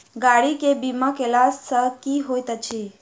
गाड़ी केँ बीमा कैला सँ की होइत अछि?